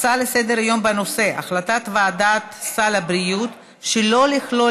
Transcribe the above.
הצעה לסדר-היום בנושא: החלטת ועדת סל הבריאות שלא לכלול